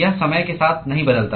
यह समय के साथ नहीं बदलता है